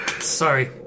Sorry